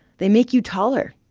they make you taller.